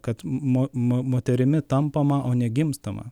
kad mo mo moterimi tampama o ne gimstama